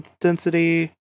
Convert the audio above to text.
density